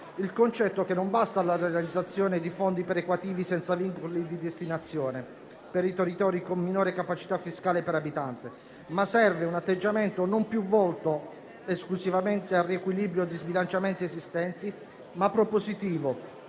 il concetto che non basta la realizzazione di fondi perequativi senza vincoli di destinazione per i territori con minore capacità fiscale per abitante, ma serve un atteggiamento non più volto esclusivamente al riequilibrio di sbilanciamenti esistenti, ma propositivo,